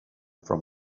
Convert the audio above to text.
from